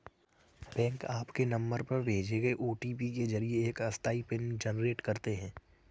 bank आपके number पर भेजे गए ओ.टी.पी के जरिए एक अस्थायी पिन जनरेट करते हैं